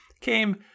came